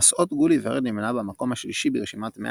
"מסעות גוליבר" נמנה במקום השלישי ברשימת 100